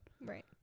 Right